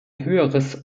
höheres